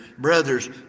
brothers